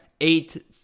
eight